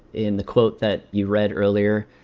in the quote that you read earlier,